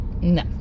no